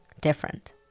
different